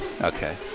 Okay